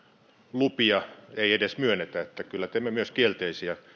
lupia ei edes myönnetä niin että kyllä teemme myös kielteisiä